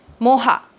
moha